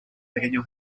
pequeño